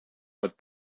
but